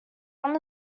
one